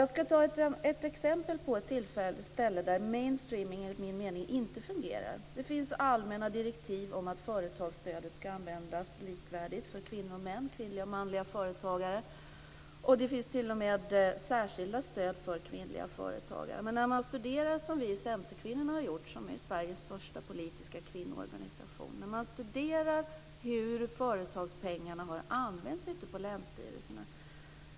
Jag ska ta ett exempel på ett tillfälle där mainstreaming enligt min mening inte fungerar. Det finns allmänna direktiv om att företagsstödet ska användas likvärdigt för kvinnliga och manliga företagare. Det finns t.o.m. särskila stöd för kvinnliga företagare. Vi centerkvinnor, som är Sveriges största politiska kvinnoorganisation, har studerat hur företagspengarna har använts ute på länsstyrelserna.